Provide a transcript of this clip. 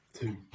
two